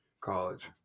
college